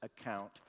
account